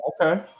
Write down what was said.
okay